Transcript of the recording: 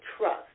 trust